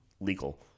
legal